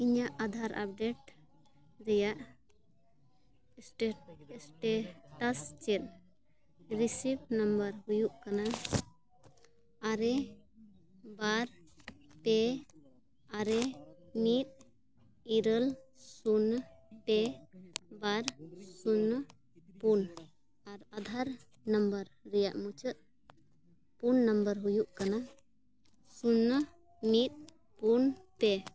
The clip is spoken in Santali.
ᱤᱧᱟᱹᱜ ᱟᱫᱷᱟᱨ ᱟᱯᱰᱮᱴ ᱨᱮᱱᱟᱜ ᱥᱴᱮᱴᱟᱥ ᱥᱴᱮᱴᱟᱥ ᱪᱮᱫ ᱨᱮᱥᱤᱵᱷ ᱱᱟᱢᱵᱟᱨ ᱦᱩᱭᱩᱜ ᱠᱟᱱᱟ ᱟᱨᱮ ᱵᱟᱨ ᱯᱮ ᱟᱨᱮ ᱢᱤᱫ ᱤᱨᱟᱹᱞ ᱥᱩᱱᱱᱚ ᱯᱮ ᱵᱟᱨ ᱥᱩᱱᱱᱚ ᱯᱩᱱ ᱟᱨ ᱟᱫᱷᱟᱨ ᱱᱟᱢᱵᱟᱨ ᱨᱮᱱᱟᱜ ᱢᱩᱪᱟᱹᱫ ᱯᱳᱱ ᱱᱟᱢᱵᱟᱨ ᱦᱩᱭᱩᱜ ᱠᱟᱱᱟ ᱥᱩᱱᱱᱚ ᱢᱤᱫ ᱯᱩᱱ ᱯᱮ